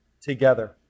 together